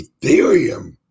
Ethereum